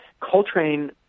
Coltrane